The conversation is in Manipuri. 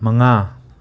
ꯃꯉꯥ